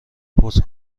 پست